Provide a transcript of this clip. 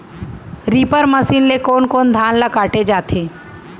Reaper machine ले कोन कोन धान ल काटे जाथे?